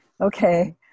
Okay